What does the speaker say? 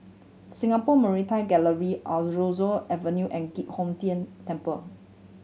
Singapore Maritime Gallery Aroozoo Avenue and Giok Hong Tian Temple